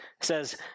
says